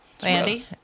Andy